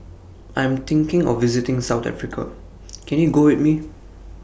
I'm thinking of visiting South Africa Can YOU Go with Me